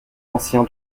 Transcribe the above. ancien